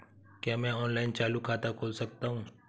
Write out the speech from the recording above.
क्या मैं ऑनलाइन चालू खाता खोल सकता हूँ?